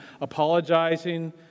apologizing